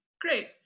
great